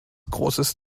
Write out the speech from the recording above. großes